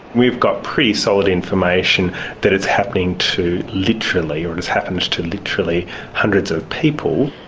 we've got pretty solid information that it's happening to literally or it has happened to literally hundreds of people.